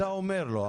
אתה אומר לו,